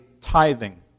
tithing